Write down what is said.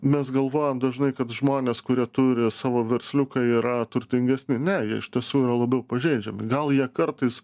mes galvojam dažnai kad žmonės kurie turi savo versliuką yra turtingesni ne jie iš tiesų yra labiau pažeidžiami gal jie kartais